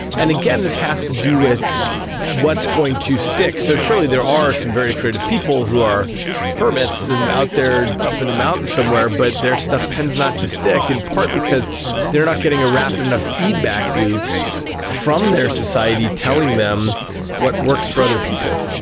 and again, this has to do with what is going to stick. so surely there are some very creative people who are hermits and out there up in the mountains somewhere but their stuff tends not to stick, in part because they are not getting a rapid enough feedback loop from their society telling them what works for other people.